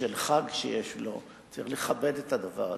בשל חג שיש לו, צריך לכבד את הדבר הזה.